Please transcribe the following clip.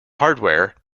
hardware